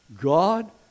God